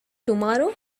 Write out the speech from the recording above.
tomorrow